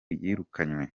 yirukanywe